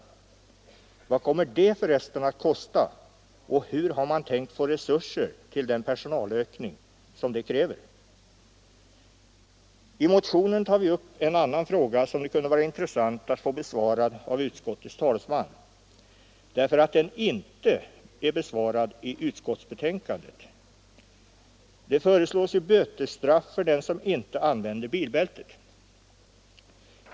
Vad kommer det förresten att kosta och hur har man tänkt få resurser till den personalökning som blir nödvändig? I motionen tar vi upp en annan fråga som det kunde vara intressant att få besvarad av utskottets talesman. Den är nämligen inte besvarad i utskottsbetänkandet. Det föreslås ju bötesstraff för den som inte använder bilbältet.